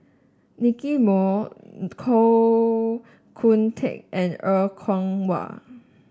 Nicky Moey Koh Hoon Teck and Er Kwong Wah